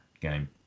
game